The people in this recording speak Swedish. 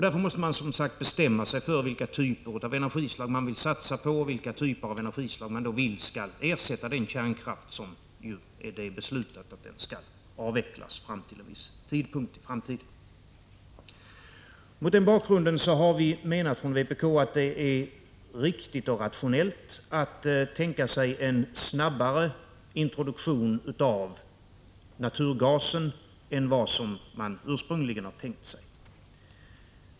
Därför måste man som sagt bestämma sig för vilken typ av energislag man vill skall ersätta den kärnkraft som vi ju har beslutat skall avvecklas fram till en viss tidpunkt i framtiden. Mot denna bakgrund har vi i vpk menat att det är riktigt och rationellt att tänka sig en snabbare introduktion av naturgas än vad man ursprungligen tänkt sig.